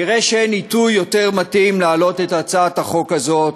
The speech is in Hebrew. נראה שאין עיתוי יותר מתאים להעלות את הצעת החוק הזאת,